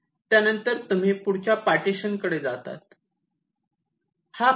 त्यानंतर तुम्ही पुढच्या पार्टिशन कडे जातात